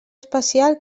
espacial